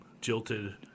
jilted